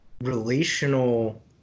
relational